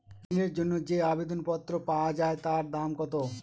ঋণের জন্য যে আবেদন পত্র পাওয়া য়ায় তার দাম কত?